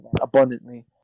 abundantly